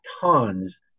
tons